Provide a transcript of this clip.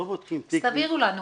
אז תעבירו לנו.